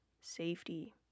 safety